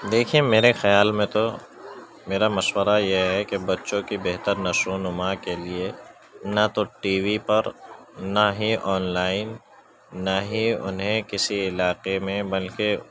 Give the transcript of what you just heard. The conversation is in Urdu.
دیکھیے میرے خیال میں تو میرا مشورہ یہ ہے کہ بچوں کی بہتر نشو و نما کے لیے نہ تو ٹی وی پر نہ ہی آن لائن نہ ہی انہیں کسی علاقے میں بلکہ